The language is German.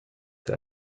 der